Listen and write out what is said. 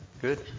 good